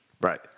Right